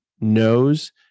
knows